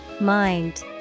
Mind